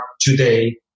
today